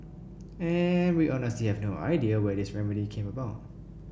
and we honestly have no idea where this remedy came about